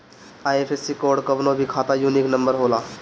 IFSC code कवनो भी खाता यूनिक नंबर होला